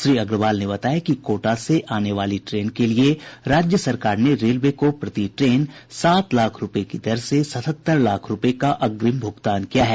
श्री अग्रवाल ने बताया कि कोटा से आने वाली ट्रेन के लिए राज्य सरकार ने रेलवे को प्रति ट्रेन सात लाख रुपये की दर से सतहत्तर लाख रूपये का अग्रिम भुगतान किया है